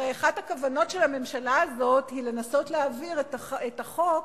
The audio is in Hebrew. הרי אחת הכוונות של הממשלה הזאת היא לנסות להעביר את החוק